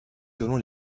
selon